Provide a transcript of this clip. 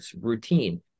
routine